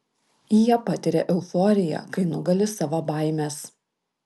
jie patiria euforiją kai nugali savo baimes